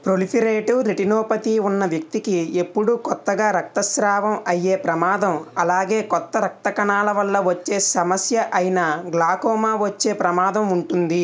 proliferative retinopathy ఉన్న వ్యక్తికి ఎప్పుడూ కొత్తగా రక్తస్రావం అయ్యే ప్రమాదం అలాగే కొత్త రక్తనాళాల వల్ల వచ్చే సమస్య అయిన గ్లాకోమా వచ్చే ప్రమాదం ఉంటుంది